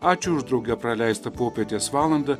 ačiū už drauge praleistą popietės valandą